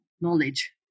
knowledge